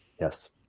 yes